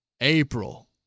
April